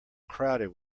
crowded